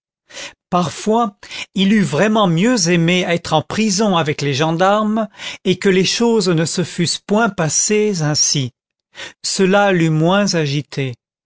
parfois il eût vraiment mieux aimé être en prison avec les gendarmes et que les choses ne se fussent point passées ainsi cela l'eût moins agité